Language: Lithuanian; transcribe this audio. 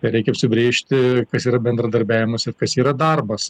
reikia apsibrėžti kas yra bendradarbiavimas ir kas yra darbas